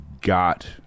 got